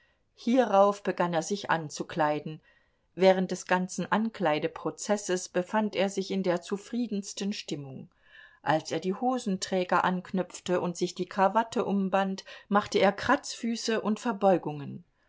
hierauf begann er sich anzukleiden während des ganzen ankleideprozesses befand er sich in der zufriedensten stimmung als er die hosenträger anknöpfte und sich die krawatte umband machte er kratzfüße und verbeugungen